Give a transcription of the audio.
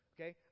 Okay